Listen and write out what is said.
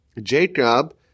Jacob